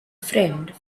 friend